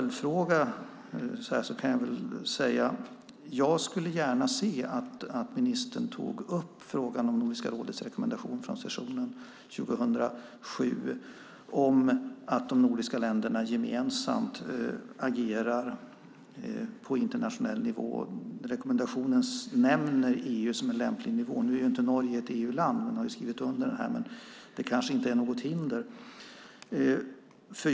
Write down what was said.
Jag kan väl också säga att jag gärna skulle se att ministern tog upp frågan om Nordiska rådets rekommendation från sessionen 2007 om att de nordiska länderna gemensamt ska agera på internationell nivå. I rekommendationen nämns EU som en lämplig nivå. Nu är ju inte Norge ett EU-land - men man har skrivit under den här. Men det kanske inte är något hinder.